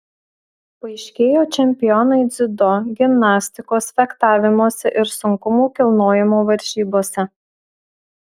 paaiškėjo čempionai dziudo gimnastikos fechtavimosi ir sunkumų kilnojimo varžybose